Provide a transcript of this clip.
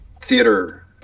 theater